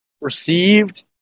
received